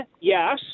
yes